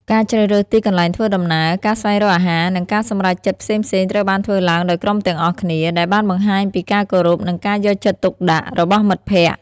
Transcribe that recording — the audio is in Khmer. ការជ្រើសរើសទីកន្លែងធ្វើដំណើរ ការស្វែងរកអាហារ និងការសម្រេចចិត្តផ្សេងៗត្រូវបានធ្វើឡើងដោយក្រុមទាំងអស់គ្នា ដែលបានបង្ហាញពីការគោរពនិងការយកចិត្តទុកដាក់របស់មិត្តភក្តិ។